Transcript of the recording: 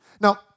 Now